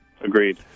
Agreed